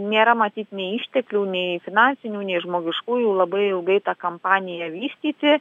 nėra matyt nei išteklių nei finansinių nei žmogiškųjų labai ilgai tą kampaniją vystyti